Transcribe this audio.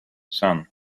son